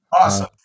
awesome